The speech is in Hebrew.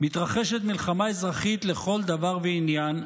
מתרחשת מלחמה אזרחית לכל דבר ועניין,